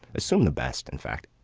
assume the best in fact,